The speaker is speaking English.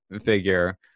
figure